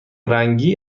رنگی